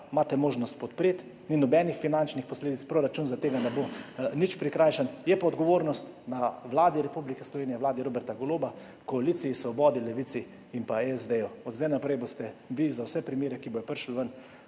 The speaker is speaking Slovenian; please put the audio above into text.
imate možnost podpreti, ni nobenih finančnih posledic, proračun zaradi tega ne bo nič prikrajšan, je pa odgovornost na Vladi Republike Slovenije, vladi Roberta Goloba, koaliciji, Svobodi, Levici in pa SD. Od zdaj naprej boste za vse primere, ki bodo prišli ven,